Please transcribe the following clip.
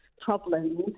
problems